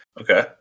Okay